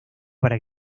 para